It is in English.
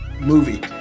movie